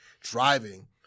driving